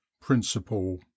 principle